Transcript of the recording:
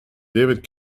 david